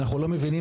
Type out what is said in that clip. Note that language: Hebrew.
אנחנו לא מבינים.